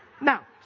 Now